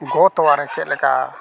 ᱜᱚ ᱛᱚᱣᱟᱨᱮ ᱪᱮᱜ ᱞᱮᱠᱟ